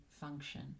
function